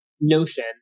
notion